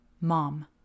mom